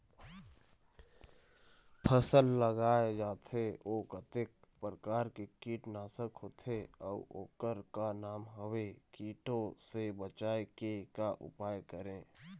फसल म लगाए जाथे ओ कतेक प्रकार के कीट नासक होथे अउ ओकर का नाम हवे? कीटों से बचाव के का उपाय करें?